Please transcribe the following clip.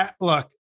look